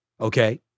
okay